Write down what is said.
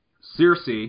Circe